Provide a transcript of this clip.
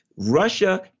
Russia